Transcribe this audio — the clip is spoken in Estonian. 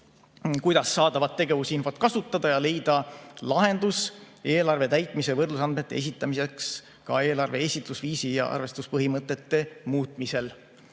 kuidas saadavat tegevusinfot kasutada ja leida lahendus eelarve täitmise võrdlusandmete esitamiseks ka eelarve esitlusviisi ja arvestuspõhimõtete muutmisel.